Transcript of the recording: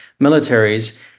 militaries